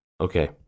Okay